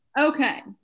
okay